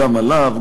גם עליו,